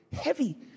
heavy